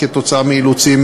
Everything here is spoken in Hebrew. כתוצאה מאילוצים